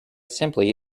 simply